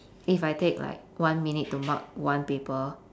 if I take like one minute to mark one paper